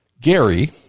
Gary